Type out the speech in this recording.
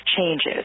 changes